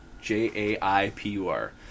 J-A-I-P-U-R